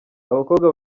abakobwa